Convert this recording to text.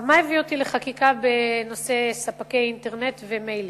מה הביא אותי לחקיקה בנושא ספקי אינטרנט ומיילים?